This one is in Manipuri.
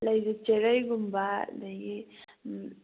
ꯂꯩꯁꯦ ꯆꯦꯔꯩꯒꯨꯝꯕ ꯑꯗꯒꯤ ꯎꯝ